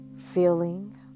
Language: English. Feeling